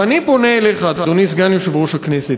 ואני פונה אליך, אדוני סגן יושב-ראש הכנסת,